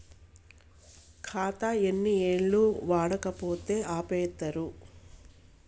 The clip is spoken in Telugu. ఖాతా ఎన్ని ఏళ్లు వాడకపోతే ఆపేత్తరు?